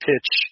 Pitch